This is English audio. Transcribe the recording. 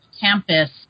campus